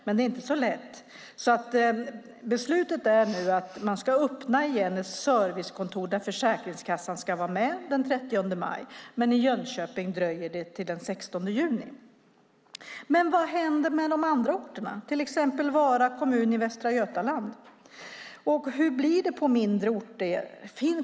Men det är inte så lätt. Beslutet är nu att man den 30 maj ska öppna ett servicekontor igen där Försäkringskassan ska vara med. Men i Jönköping dröjer det till den 16 juni. Vad händer med de andra orterna, till exempel Vara kommun i Västra Götaland? Hur blir det på mindre orter?